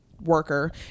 worker